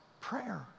prayer